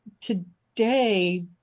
today